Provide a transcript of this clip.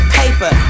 paper